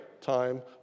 time